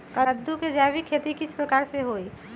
कददु के जैविक खेती किस प्रकार से होई?